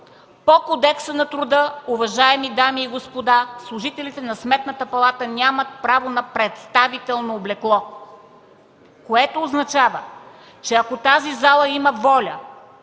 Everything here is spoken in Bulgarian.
По Кодекса на труда, уважаеми дами и господа, служителите на Сметната палата нямат право на представително облекло, което означава, че ако тази зала има воля